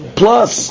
plus